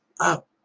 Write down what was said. up